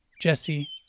Jesse